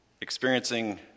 experiencing